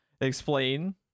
explain